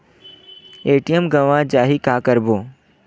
ATM गवां जाहि का करबो?